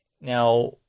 Now